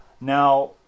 Now